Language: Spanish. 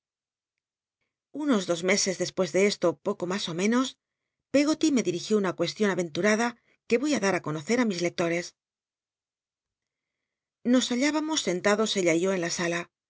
unos dos meses des pues de esto poco mas ó menos pcggoty me ditigió una cucslion a entutada que voy i dar ti conocer i mis lcctotcs nos halhibamos sentados ella y yo en la sala